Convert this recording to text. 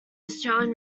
australian